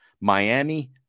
Miami